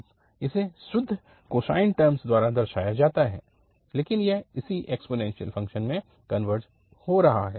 अब इसे शुद्ध कोसाइन टर्मस द्वारा दर्शाया जाता है लेकिन यह उसी एक्सपोनेन्शियल फ़ंक्शन में कनवर्ज हो रहा है